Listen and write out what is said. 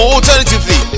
Alternatively